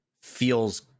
feels